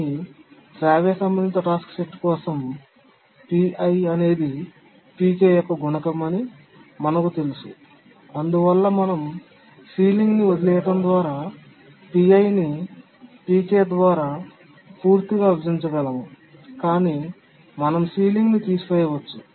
కానీ శ్రావ్య సంబంధిత టాస్క్ సెట్ కోసం pi అనేది pk యొక్క గుణకం అని మనకు తెలుసు అందువల్ల మనం సీలింగ్ ని వదిలేయటం ద్వారా pi ని pk ద్వారా పూర్తిగా విభజించగలము కాబట్టి మనం సీలింగ్ ని తీసివేయవచ్చు